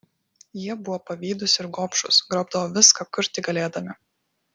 jie buvo pavydūs ir gobšūs grobdavo viską kur tik galėdami